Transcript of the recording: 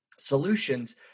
solutions